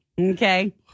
Okay